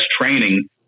training